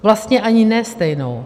Vlastně ani ne stejnou.